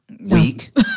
Weak